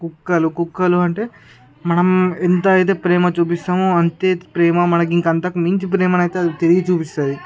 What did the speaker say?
కుక్కలు కుక్కలు అంటే మనం ఎంత అయితే ప్రేమ చూపిస్తామో అంతే ప్రేమ మనకు ఇంక అంతకు మించి ప్రేమను అయితే తిరిగి చూపిస్తుంది